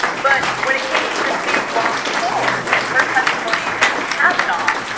but when it came to christine blasey ford, and her testimony against kavanaugh,